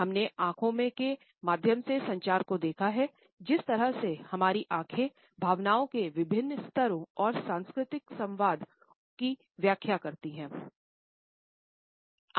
हमने आंखों के माध्यम से संचार को देखा है जिस तरह से हमारीआँखें भावनाओं के विभिन्न स्तरों और सांस्कृतिक संवाद उनकी व्याख्या करती हैं